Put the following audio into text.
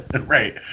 right